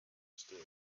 still